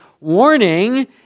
warning